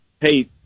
hey